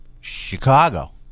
Chicago